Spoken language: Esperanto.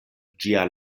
ĝia